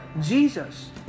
Jesus